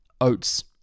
oats